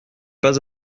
pas